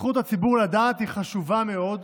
זכות הציבור לדעת היא חשובה מאוד,